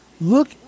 Look